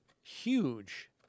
huge